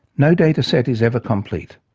no data set is ever complete,